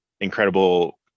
incredible